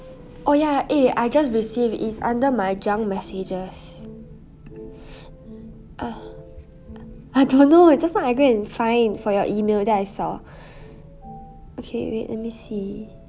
oh ya eh I just received is under my junk messages uh I don't know just now I go and find for your email then I saw okay wait let me see